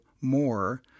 more